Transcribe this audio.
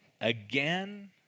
again